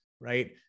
Right